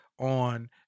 on